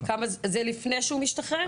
זה לפני שהוא משתחרר?